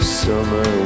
summer